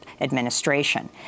administration